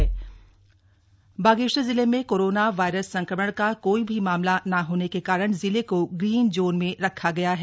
Bageshwar green zone Bageshwar जिले में corona virus संक्रमण का कोई भी मामला न होने के कारण जिले को ग्रीन जोन में रखा गया हैं